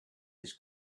his